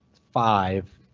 five.